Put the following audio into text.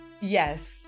Yes